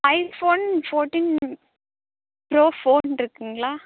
ஐ phone fourteen pro phone இருக்குதுங்களா